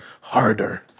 Harder